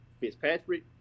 Fitzpatrick